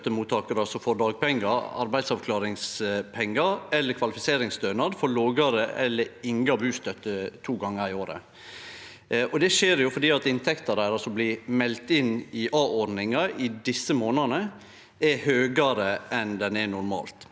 2023 som får dagpengar, arbeidsavklaringspengar eller kvalifiseringsstønad, få lågare eller inga bustøtte to gonger i året. Det skjer fordi inntekta deira, som blir meld inn i a-ordninga i desse månadene, er høgare enn ho er normalt.